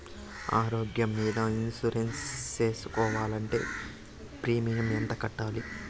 ఆరోగ్యం మీద ఇన్సూరెన్సు సేసుకోవాలంటే ప్రీమియం ఎంత కట్టాలి?